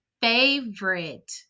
favorite